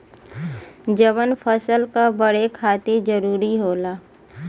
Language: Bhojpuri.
जवन फसल क बड़े खातिर जरूरी होला